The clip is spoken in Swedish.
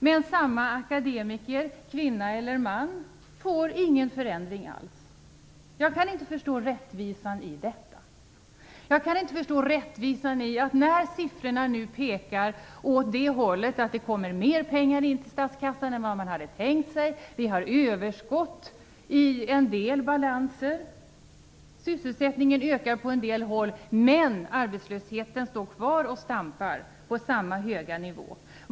Den tidigare nämnda akademikern - kvinna eller man - får ingen förändring av sin inkomst. Jag kan inte förstå rättvisan i detta. Siffrorna pekar nu i den riktningen att det kommer in mera pengar till statskassan än vad man hade tänkt sig. Vi har ett överskott i en del balanser. Sysselsättningen ökar på en del håll. Men arbetslösheten står kvar och stampar på samma höga nivå.